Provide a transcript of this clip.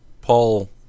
paul